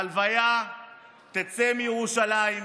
ההלוויה תצא מירושלים,